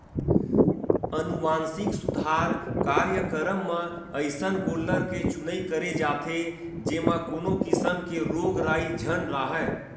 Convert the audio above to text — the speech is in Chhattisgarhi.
अनुवांसिक सुधार कार्यकरम म अइसन गोल्लर के चुनई करे जाथे जेमा कोनो किसम के रोग राई झन राहय